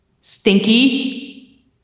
Stinky